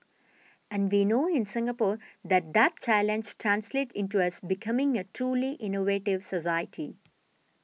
and we know in Singapore that that challenge translates into us becoming a truly innovative society